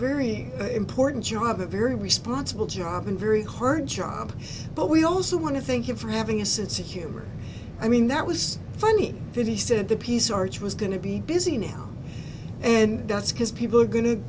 very important job a very responsible job and very hard job but we also want to thank him for having a sense of humor i mean that was funny that he said the peace arch was going to be busy now and that's because people are go